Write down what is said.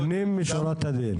לפנים משורת הדין.